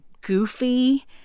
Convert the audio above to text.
goofy